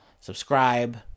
subscribe